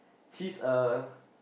she's a